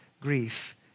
grief